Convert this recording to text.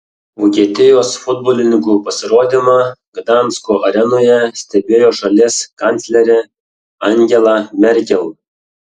vokietijos futbolininkų pasirodymą gdansko arenoje stebėjo šalies kanclerė angela merkel